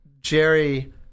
Jerry